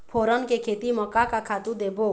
फोरन के खेती म का का खातू देबो?